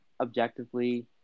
objectively